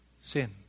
sin